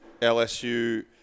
LSU